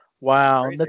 Wow